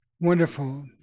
wonderful